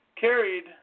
carried